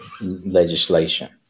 legislation